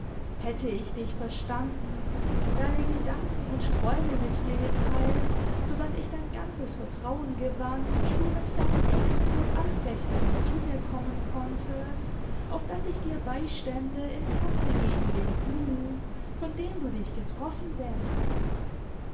hätte ich dich verstanden deine gedanken und träume mit dir geteilt so daß ich dein ganzes vertrauen gewann und du mit deinen ängsten und anfechtungen zu mir kommen konntest auf daß ich dir beistände im kampfe gegen den fluch von dem du dich getroffen wähntest